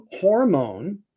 hormone